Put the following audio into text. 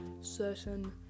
certain